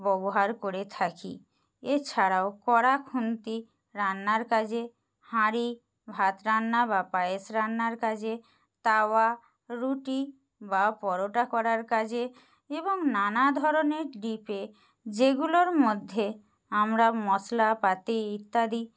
ববহার করে থাকি এছাড়াও কড়া খুন্তি রান্নার কাজে হাঁড়ি ভাত রান্না বা পায়েস রান্নার কাজে তাওয়া রুটি বা পরোটা করার কাজে এবং নানা ধরনের ডিপে যেগুলোর মধ্যে আমরা মশলা পাতি ইত্যাদি